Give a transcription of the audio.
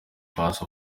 paccy